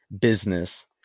business